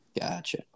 gotcha